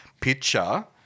picture